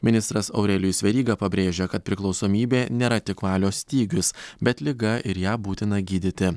ministras aurelijus veryga pabrėžia kad priklausomybė nėra tik valios stygius bet liga ir ją būtina gydyti